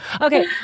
Okay